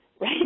right